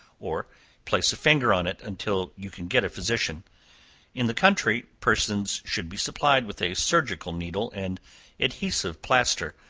or place a finger on it until you can get a physician in the country, persons should be supplied with a surgical needle and adhesive plaster,